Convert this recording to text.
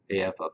AF